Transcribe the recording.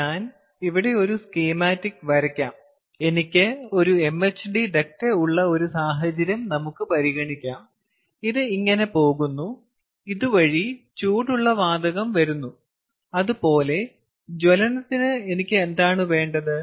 ഞാൻ ഇവിടെ ഒരു സ്കീമാറ്റിക് വരയ്ക്കാം എനിക്ക് ഒരു MHD ഡക്റ്റ് ഉള്ള ഒരു സാഹചര്യം നമുക്ക് പരിഗണിക്കാം ഇത് ഇങ്ങനെ പോകുന്നു ഇതുവഴി ചൂടുള്ള വാതകം വരുന്നു അതുപോലെ ജ്വലനത്തിന് എനിക്ക് എന്താണ് വേണ്ടത്